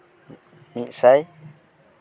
ᱢᱤᱫ ᱥᱟᱭ